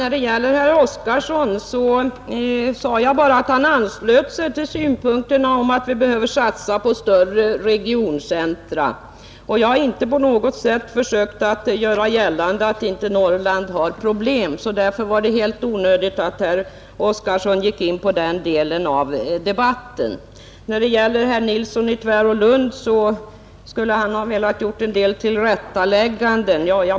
Herr talman! Jag sade att herr Oskarson anslöt sig till uppfattningen att vi bör satsa på större regioncentra. Jag har inte på något sätt försökt göra gällande annat än att Norrland har problem. Därför var det onödigt att herr Oskarson gick in på den delen av debatten. Herr Nilsson i Tvärålund hade velat göra en del tillrättalägganden.